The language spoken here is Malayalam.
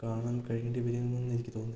കാണാൻ കഴിയേണ്ടി വരുമെന്നെനിക്ക് തോന്നുന്നില്ല